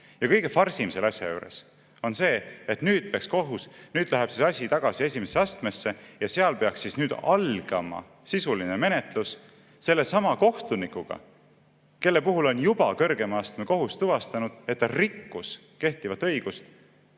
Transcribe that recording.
Ja kõige farsim selle asja juures on see, et nüüd läheb asi tagasi esimesse astmesse ja seal peaks siis nüüd algama sisuline menetlus sellesama kohtunikuga, kelle puhul on juba kõrgema astme kohus tuvastanud, et ta rikkus kehtivat õigust,